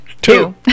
Two